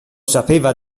sapeva